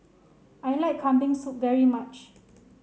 I like Kambing Soup very much